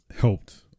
helped